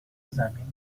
زمین